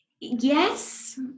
Yes